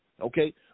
Okay